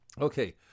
Okay